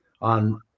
on